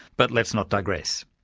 but let's not digress.